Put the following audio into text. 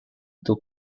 two